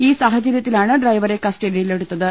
ഈ സാഹചര്യത്തിലാണ് ഡ്രൈവറെ കസ്റ്റഡിയിലെടുത്ത ത്